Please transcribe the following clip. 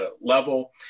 level